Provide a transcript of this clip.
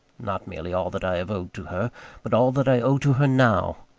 not merely all that i have owed to her but all that i owe to her now.